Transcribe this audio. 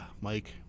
Mike